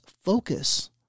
focus